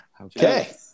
Okay